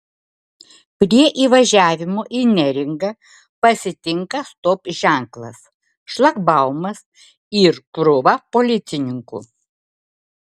prie įvažiavimo į neringą pasitinka stop ženklas šlagbaumas ir krūva policininkų